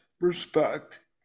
respect